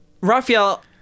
Raphael